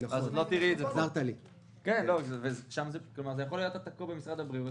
זה יכול להיות תקוע במשרד הבריאות.